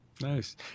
Nice